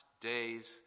day's